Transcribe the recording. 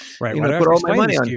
right